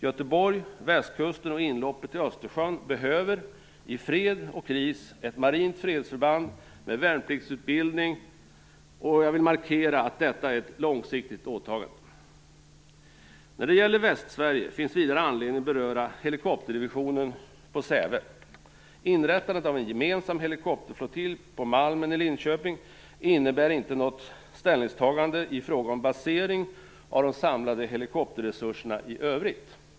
Göteborg, Västkusten och inloppet till Östersjön behöver - i fred och kris - ett marint fredsförband med värnpliktsutbildning. Jag vill markera att detta är ett långsiktigt åtagande. När det gäller Västsverige finns vidare anledning att beröra helikopterdivisionen på Säve. Inrättandet av en gemensam helikopterflottilj på Malmen i Linköping innebär inte något ställningstagande i fråga om basering av de samlade helikopterresurserna i övrigt.